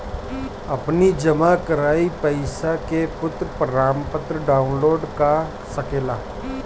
अपनी जमा कईल पईसा के तू प्रमाणपत्र डाउनलोड कअ सकेला